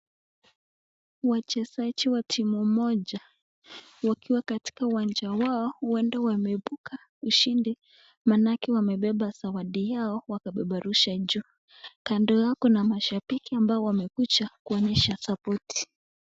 Wachezaji wa timu moja wakiwa katika uwanja wao, uende wabeibuka ushindi maanake wamebeba zawadi yao, wakapeperusha nje, kando yao na mashabiki ambao wamekuja kuonyesha sapoti.